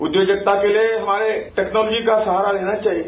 उद्योजकता के लिए हमारे टेक्नॉलोजी का सहारा लेना चाहिए